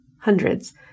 hundreds